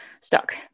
stuck